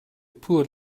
poor